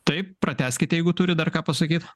taip pratęskite jeigu turit dar ką pasakyt